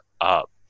up